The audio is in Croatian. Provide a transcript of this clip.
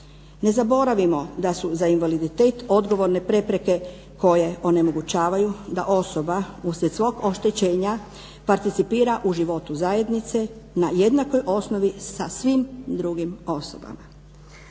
Ne zaboravimo da su za invaliditet odgovorne prepreke koje onemogućavaju da osoba uslijed svog oštećenja participira u životu zajednice na jednakoj osnovi sa svim drugim osobama.